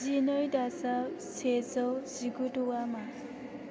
जिनै दाजाब सेजौ जिगुद'आ मा